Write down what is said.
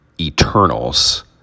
Eternals